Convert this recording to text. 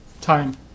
time